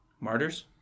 Martyrs